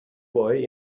boy